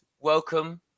welcome